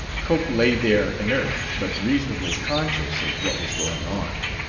cope lay there inert, but reasonably conscious of what was going on.